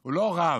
הוא לא רב.